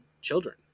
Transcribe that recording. children